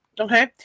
Okay